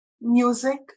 music